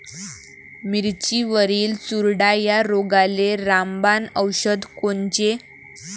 मिरचीवरील चुरडा या रोगाले रामबाण औषध कोनचे?